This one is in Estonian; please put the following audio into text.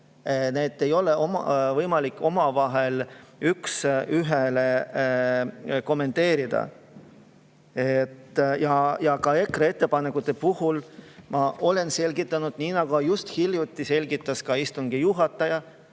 Neid ei ole võimalik omavahel üks ühele kommenteerida. EKRE ettepanekute puhul ma olen selgitanud – nii nagu hiljuti selgitas ka istungi juhataja,